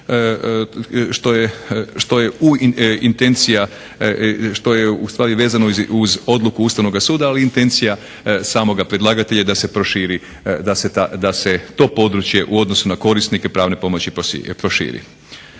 što je ustvari vezano uz odluku Ustavnoga suda, ali i intencija samoga predlagatelja da se proširi, da se to područje u odnosu na korisnike pravne pomoći proširi.